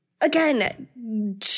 Again